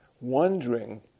wondering